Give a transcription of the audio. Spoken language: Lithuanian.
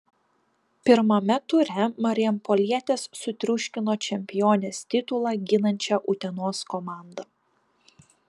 pirmame ture marijampolietės sutriuškino čempionės titulą ginančią utenos komandą